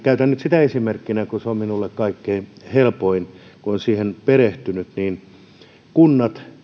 käytän nyt sitä esimerkkinä kun se on minulle kaikkein helpoin kun olen siihen perehtynyt kunnat